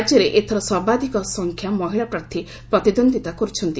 ରାଜ୍ୟରେ ଏଥର ସର୍ବାଧକ ସଂଖ୍ୟ ମହିଳା ପ୍ରାର୍ଥୀ ପ୍ରତିଦ୍ୱନ୍ଦିତା କରୁଛନ୍ତି